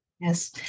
Yes